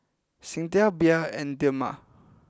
Singtel Bia and Dilmah